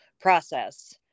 process